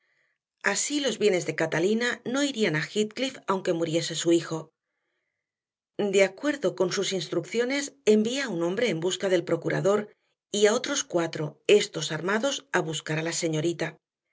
así los bienes de catalina no irían a heathcliff aunque muriese su hijo de acuerdo con sus instrucciones envié a un hombre en busca del procurador y a otros cuatro estos armados a buscar a la señorita